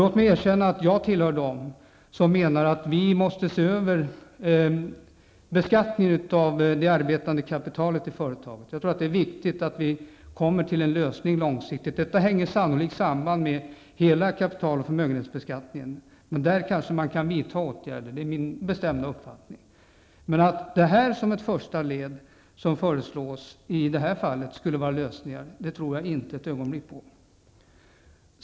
Låt mig erkänna att jag tillhör dem som menar att vi måste se över beskattningen av det arbetande kapitalet i företaget. Jag tror att det är viktigt att vi kommer fram till en lösning på lång sikt. Detta hänger sannolikt samman med hela kapital och förmögenhetsbeskattningen. Där kanske man kan vidta åtgärder, det är min bestämda uppfattning. Att vad som nu föreslås som ett första led skulle vara en lösning tror jag inte ett ögonblick på.